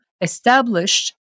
established